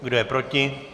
Kdo je proti?